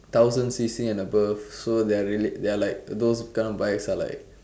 thousand C_C and above so they're really they're like those kind of bikes are like